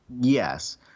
Yes